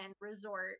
Resort